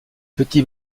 petit